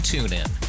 TuneIn